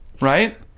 Right